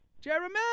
Jeremy